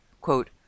quote